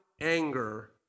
anger